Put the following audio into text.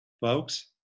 folks